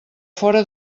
fora